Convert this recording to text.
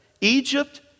Egypt